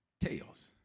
tails